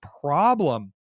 problem